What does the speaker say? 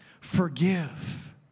forgive